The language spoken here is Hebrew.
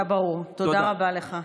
אתה ברור, תודה רבה לך.